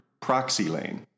proxylane